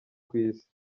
kw’isi